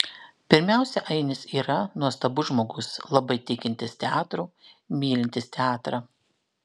pirmiausia ainis yra nuostabus žmogus labai tikintis teatru mylintis teatrą